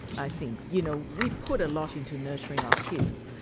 i think. you know, we put a lot into nurturing our kids,